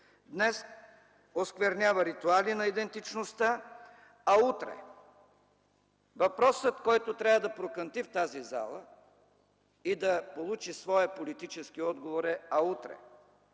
днес – осквернява ритуали на идентичността, а утре?! Въпросът, който трябва да прокънти в тази зала и да получи своя политически отговор, е: а утре?